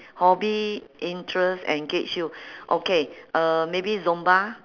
hobby interest engage you okay uh maybe zumba